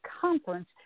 conference